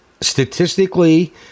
Statistically